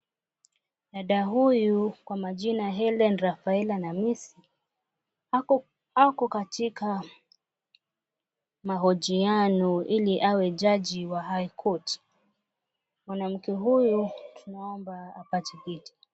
Dada huyu kwa majina Helene Rafaela Namisi ako katika mahojiano ili awe jaji wa high court . Mwanamke huyu tunaomba apate kiti.